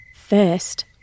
First